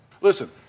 Listen